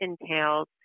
entails